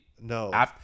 no